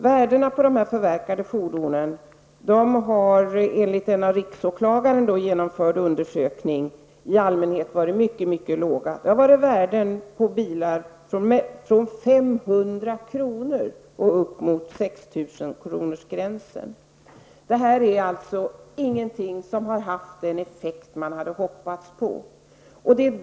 Värdena på de förverkade fordonen har enligt en undersökning som har genomförts av riksåklagaren i allmänhet varit mycket låga. Det har rört sig om värden på bilar från 500 kr. upp mot sextusenkronorsgränsen. Det här har således inte haft den effekt som man hade hoppats på.